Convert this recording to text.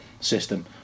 system